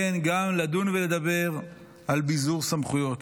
כן, גם לדון ולדבר על ביזור סמכויות.